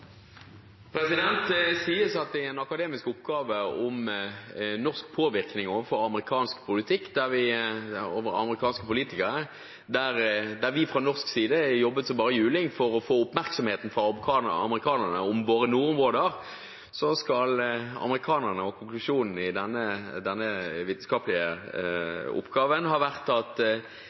Det sies at i en akademisk oppgave om norsk påvirkning overfor amerikanske politikere der vi fra norsk side jobbet som bare juling for å få oppmerksomheten fra amerikanerne om våre nordområder, skal konklusjonen i denne vitenskapelige oppgaven ha vært at